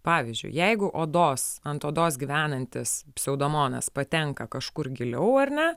pavyzdžiui jeigu odos ant odos gyvenantis pseudomonas patenka kažkur giliau ar ne